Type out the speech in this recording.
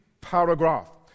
paragraph